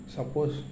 Suppose